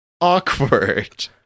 awkward